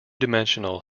dimensional